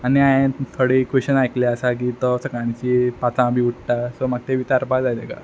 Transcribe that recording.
आनी हांयेन थोडे क्वेस्टन आयकल्ले आसा की तो सकाळीची पांचां बी उठ्ठा सो म्हाका तें विचारपा जाय तेका